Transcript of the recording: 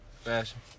fashion